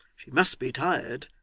she must be tired,